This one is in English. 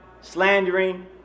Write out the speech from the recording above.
slandering